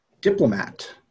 diplomat